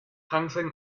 hansen